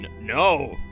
no